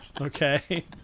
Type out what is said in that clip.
Okay